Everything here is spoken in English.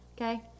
okay